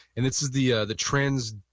and this is the ah the transcranial,